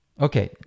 okay